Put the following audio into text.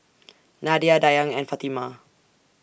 Nadia Dayang and Fatimah